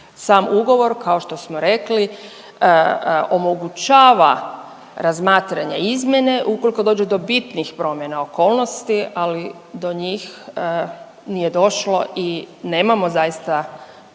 Sam ugovor kao što smo rekli omogućava razmatranje izmjene ukoliko dođe do bitnih promjena okolnosti, ali do njih nije došlo i nemamo zaista